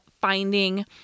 finding